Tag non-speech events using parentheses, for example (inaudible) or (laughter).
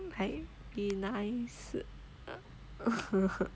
like be nice uh (laughs)